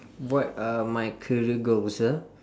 what are my career goals ah